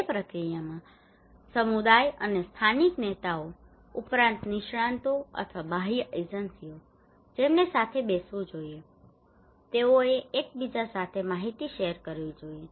તે પ્રક્રિયામાં સમુદાય અને સ્થાનિક નેતાઓ ઉપરાંત નિષ્ણાતો અથવા બાહ્ય એજન્સીઓ જેમને સાથે બેસવું જોઈએ તેઓએ એકબીજા સાથે માહિતી શેર કરવી જોઈએ